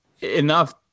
enough